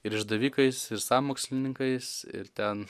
ir išdavikais ir sąmokslininkais ir ten